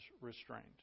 restrained